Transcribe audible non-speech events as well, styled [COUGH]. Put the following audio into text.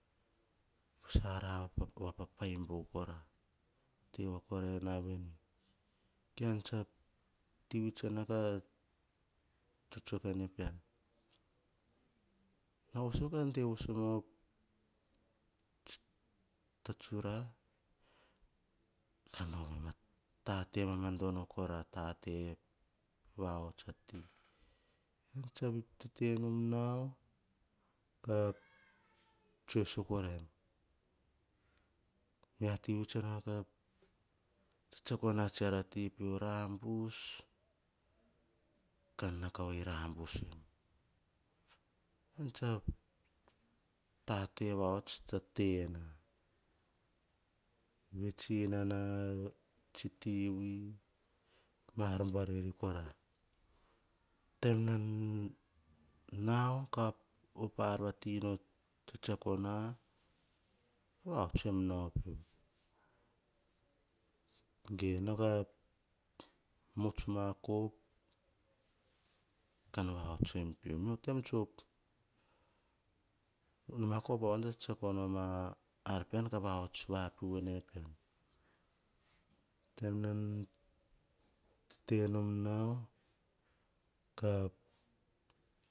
Sara vapapai bao kora. Te voa kora na veni. Ean tsa ti vui tsa nao ka tsoetsoe kean ne pean. Nao voso kan de voso mo ta tsura [UNINTELLIGIBLE] tate mamadono kora, tate vahots ati. Tsa tetenom nao, ka tsoe sako raim. Mia ti vui tsa nom ka tsetsako na tsi ar vati pio rabus, kan nao ka vai rabus em. Ean tsa tate vahots ta tena. Vets enana tsi tivui, ma ar voaveri kora. Taim nan nao ka op a ar vati no tsetsiako na, vahots tsem nao pio. Ge nao ka muts ma koup, kan vahots em pio. Mio taim tsuk noma ka op avoan a ar pean ka vahots, va piu ne er pean. [UNINTELLIGIBLE] Tete nom nao